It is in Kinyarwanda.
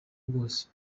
bwose